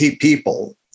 people